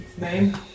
Name